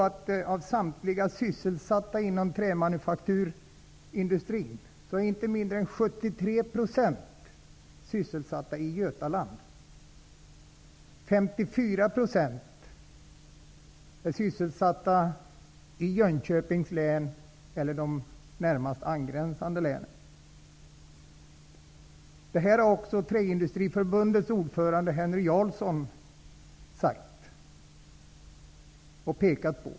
Av samtliga sysselsatta inom trämanufakturindustrin är inte mindre än 73 % sysselsatta i Götaland, och av dessa finns 54 % i Jönköpings län, eller i de närmast angränsande länen. Det här förhållandet har även Träindustriförbundets ordförande Henry Jarlsson pekat på.